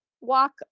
walk